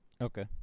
Okay